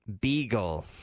beagle